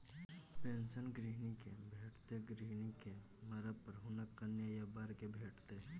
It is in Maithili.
पेंशन गहिंकी केँ भेटतै गहिंकी केँ मरब पर हुनक कनियाँ या बर केँ भेटतै